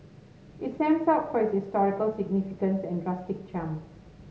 it stands out for its historical significance and rustic charm